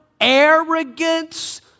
arrogance